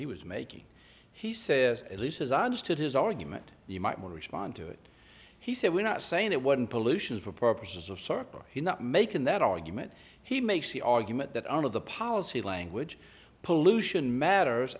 he was making he said at least as i understood his argument you might not respond to it he said we're not saying that one pollution for purposes of sore or he not making that argument he makes the argument that all of the policy language pollution matters